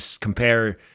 compare